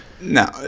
No